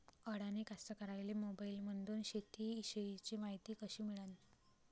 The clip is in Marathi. अडानी कास्तकाराइले मोबाईलमंदून शेती इषयीची मायती कशी मिळन?